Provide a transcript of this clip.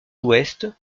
ouest